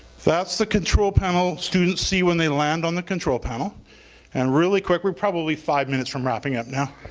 that's the control panel students see when they land on the control panel and really quick, we're probably five minutes from wrapping up now.